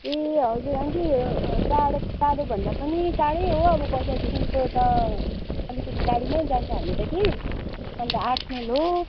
ए हजुर आन्टी टाढो टाढो भन्दा पनि टाढै हो अब बजारदेखिको त अलिकति गाडीमै जान्छ हामी त कि अन्त आठ माइल हो